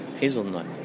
Hazelnut